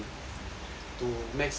to max up